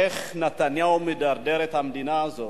איך נתניהו מדרדר את המדינה הזאת,